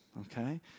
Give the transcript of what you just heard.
okay